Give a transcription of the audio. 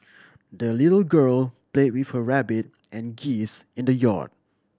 the little girl played with her rabbit and geese in the yard